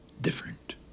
different